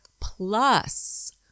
plus